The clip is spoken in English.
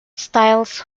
stiles